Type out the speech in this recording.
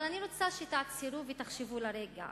אבל אני רוצה שתעצרו ותחשבו לרגע.